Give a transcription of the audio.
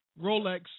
Rolex